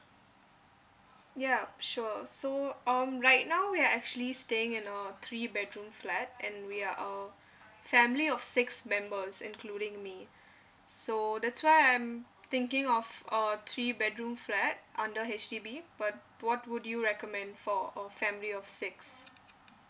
yup sure so um right now we are actually staying in a three bedroom flat and we are a family of six members including me so that's why I'm thinking of a three bedroom flat under H_D_B but what would you recommend for a family of six